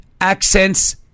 accents